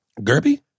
Gerby